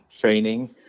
training